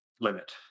limit